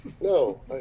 no